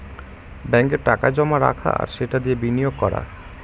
ব্যাঙ্কে টাকা জমা রাখা আর সেটা দিয়ে বিনিয়োগ করা